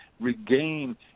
regain